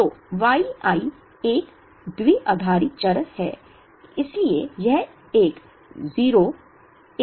तो Y i एक द्विआधारी चर है इसलिए यह एक 0 1 चर है